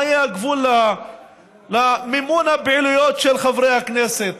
מה יהיה הגבול למימון הפעילויות של חברי הכנסת?